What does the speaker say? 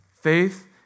Faith